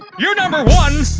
you're number one.